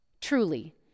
Truly